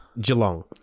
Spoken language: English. Geelong